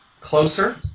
closer